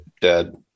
dead